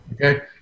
okay